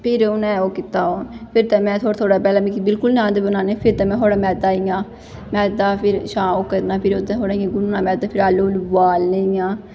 फिर उ'नें ओह् कीता फिर ते में थोह्ड़े थोह्ड़े पैह्लें मिगी बिलकुल निं आंदे बनाने फिर ते में थोह्ड़ा मैदा इ'यां मैदा फिर अच्छा ओह् करना फिर ओह्दे फिर इ'यां गुन्नना ते फिर आलू ऊलू बोआलने इ'यां